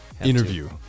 interview